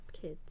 kids